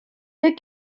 that